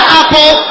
apple